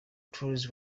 tools